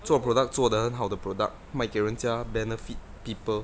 做 product 做得很好的 product 卖给人家 benefit people